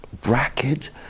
bracket